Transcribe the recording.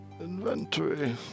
Inventory